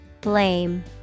Blame